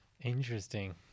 Interesting